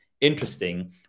interesting